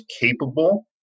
capable